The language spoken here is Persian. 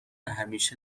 همیشه